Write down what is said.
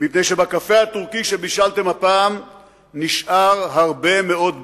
מפני שבקפה הטורקי שבישלתם הפעם נשאר הרבה מאוד בוץ.